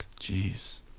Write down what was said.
Jeez